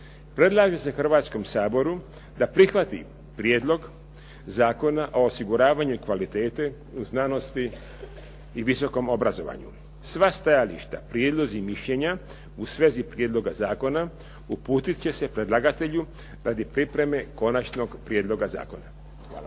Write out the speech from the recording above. Predlaže se Hrvatskom saboru da prihvati Prijedlog zakona o osiguravanju kvalitete u znanosti i visokom obrazovanju. Sva stajališta, prijedlozi i mišljenja u svezi prijedloga zakona uputiti će se predlagatelju radi pripreme konačnog prijedloga zakona.